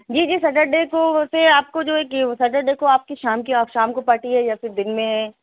جی جی سٹرڈے کو ویسے آپ کو جو ایک سٹرڈے کو آپ کی شام کی آپ شام کو پارٹی ہے یا دِن میں